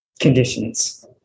conditions